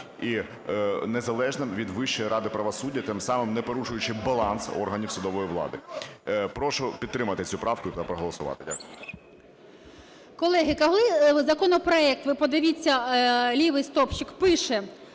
і незалежним від Вищої ради правосуддя, тим самим не порушуючи баланс органів судової влади. Прошу підтримати цю правку та проголосувати. Дякую. 16:36:48 ВЕНЕДІКТОВА І.В. Колеги, коли законопроект, ви подивіться, лівий стовпчик, пише